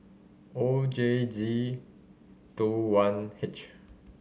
O J G Two one H